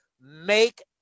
make